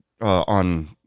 on